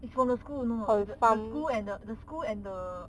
is from the school no no no it's the school and the school and the